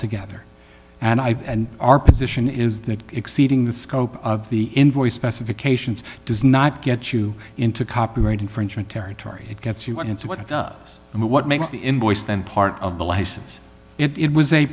together and i and our position is that exceeding the scope of the invoice specifications does not get you into copyright infringement territory it gets you into what it does and what makes the invoice then part of the license it was a